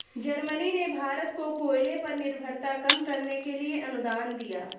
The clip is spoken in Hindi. जर्मनी ने भारत को कोयले पर निर्भरता कम करने के लिए अनुदान दिया